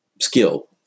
skill